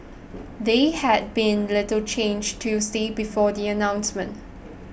they had been little changed Tuesday before the announcements